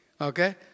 okay